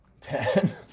ten